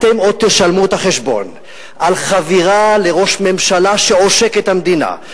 אתם עוד תשלמו את החשבון על חבירה לראש ממשלה שעושק את המדינה.